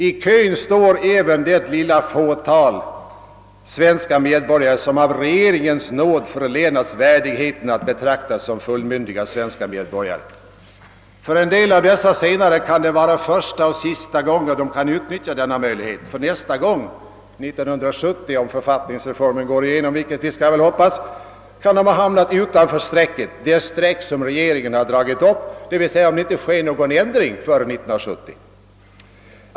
I kön står även det lilla fåtal svenska medborgare som av regeringens nåd förlänats värdigheten att betraktas som fullmyndiga svenska medborgare. För en del av dessa senare kan det vara första och sista gången de kan utnyttja denna möjlighet; nästa gång — 1970 om författningsreformen, vilket vi skall hoppas, går igenom — kan de ha hamnat utanför det streck som regeringen dragit upp — om det inte sker någon ändring före 1970.